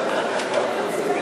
פה ולסת למבוטח עם שיתוק מוחין),